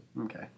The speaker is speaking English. Okay